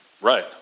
Right